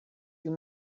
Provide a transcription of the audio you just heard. you